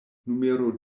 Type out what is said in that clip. numero